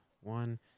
one